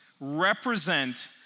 represent